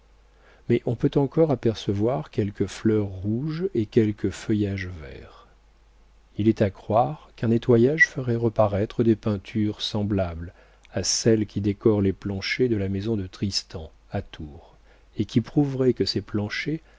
mais on peut encore apercevoir quelques fleurs rouges et quelques feuillages verts il est à croire qu'un nettoyage ferait reparaître des peintures semblables à celles qui décorent les planchers de la maison de tristan à tours et qui prouveraient que ces planchers